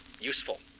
useful